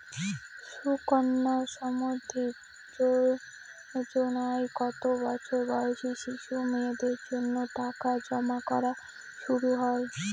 সুকন্যা সমৃদ্ধি যোজনায় কত বছর বয়সী শিশু মেয়েদের জন্য টাকা জমা করা শুরু হয়?